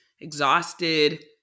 exhausted